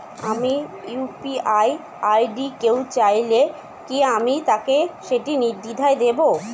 আমার UPI ID কেউ চাইলে কি আমি তাকে সেটি নির্দ্বিধায় দেব?